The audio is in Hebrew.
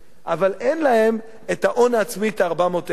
אבל אין להם ההון העצמי, את ה-400,000 הנותרים.